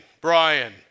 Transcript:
Brian